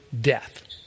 death